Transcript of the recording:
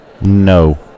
No